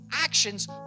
actions